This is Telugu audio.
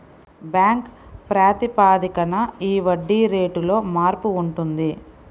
బ్యాంక్ ప్రాతిపదికన ఈ వడ్డీ రేటులో మార్పు ఉంటుంది